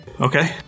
Okay